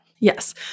Yes